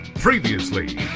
Previously